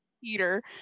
Peter